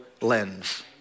lens